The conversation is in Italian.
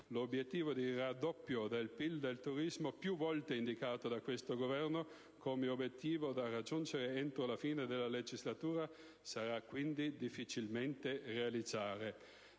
L'obiettivo di raddoppio del PIL del turismo, più volte indicato da questo Governo come obiettivo da raggiungere entro la fine della legislatura, sarà quindi difficilmente realizzabile.